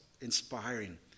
inspiring